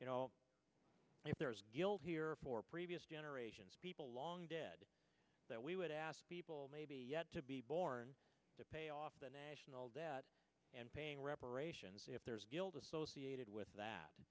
you know if there is a deal here for previous generations people long dead that we would ask people may be yet to be born to pay off the national debt and paying reparations if there's the old associated with that